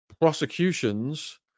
Prosecutions